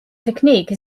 technique